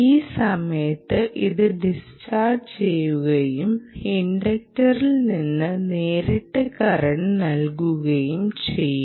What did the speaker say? ഈ സമയത്ത് അത് ഡിസ്ചാർജ് ചെയ്യുകയും ഇൻഡക്ടറിൽ നിന്ന് നേരിട്ട് കറന്റ് നൽകുകയും ചെയ്യും